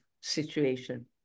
situation